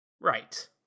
Right